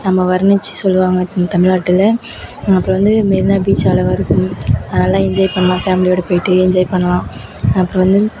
நம்ம வர்ணிச்சு சொல்லுவாங்க தமிழ்நாட்டில் அப்புறம் வந்து மெரினா பீச் அழகாக இருக்கும் அங்கே நல்லா என்ஜாய் பண்ணலாம் ஃபேமிலியோட போயிட்டு என்ஜாய் பண்ணலாம் அப்புறம் வந்து